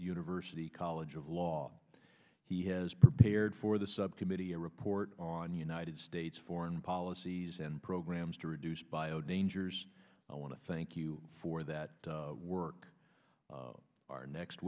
university college of law he has prepared for the subcommittee a report on united states foreign policies and programs to reduce bio dangers i want to thank you for that work our next